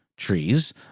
trees